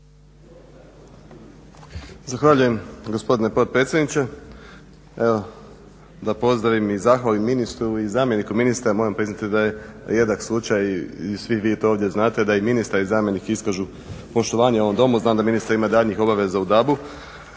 Zahvaljujem gospodine potpredsjedniče. Evo, da pozdravim i zahvalim ministru i zamjeniku ministra, moram priznati da je rijedak slučaj i svi vi to ovdje znate da i ministar i zamjenik iskažu poštovanje ovom Domu, znam da ministar ima daljnjih obaveza u DAB-u